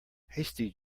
hasty